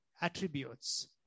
attributes